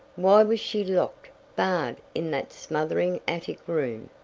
why was she locked barred in that smothering attic room?